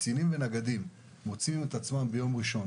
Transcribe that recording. שקצינים ונגדים מוצאים את עצמם ביום ראשון